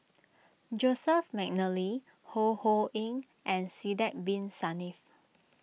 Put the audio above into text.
Joseph McNally Ho Ho Ying and Sidek Bin Saniff